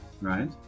right